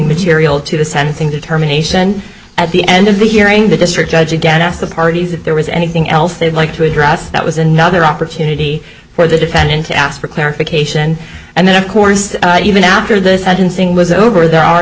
material to the sentencing determination at the end of the hearing the district judge again asked the parties if there was anything else they'd like to address that was another opportunity for the defendant to ask for clarification and then of course even after this i didn't think it was over there are